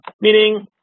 meaning